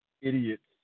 idiots